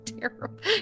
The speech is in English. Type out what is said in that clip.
terrible